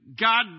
God